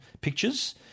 pictures